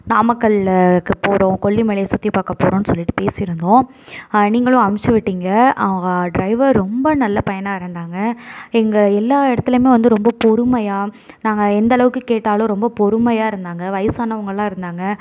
நாமக்கல்லுக்கு போகிறோம் கொல்லிமலையை சுற்றி பார்க்க போகிறோம்னு சொல்லிவிட்டு பேசியிருந்தோம் நீங்களும் அமுச்சு விட்டீங்க அவங்க டிரைவர் ரொம்ப நல்ல பையனாக இருந்தாங்க எங்கே எல்லா இடத்துலையுமே வந்து ரொம்ப பொறுமையாக நாங்கள் எந்தளவுக்கு கேட்டாலும் ரொம்ப பொறுமையாக இருந்தாங்க வயதானவுங்களாம் இருந்தாங்க